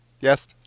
yes